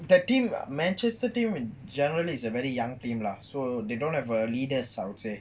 that team manchester team generally is a very young team lah so they don't have a leader I will say